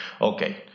okay